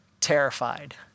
terrified